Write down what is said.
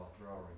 Drawing